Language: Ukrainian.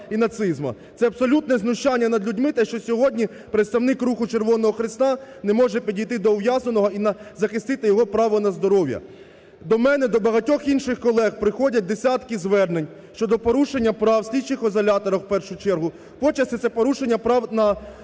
і нацизму. Це абсолютне знущання над людьми те, що сьогодні представник руху Червоного Хреста не може підійти до ув'язненого і захистити його право на здоров'я. До мене і до багатьох інших колег приходять десятки звернень щодо порушення прав у слідчих ізоляторах в першу чергу, по часті це порушення прав на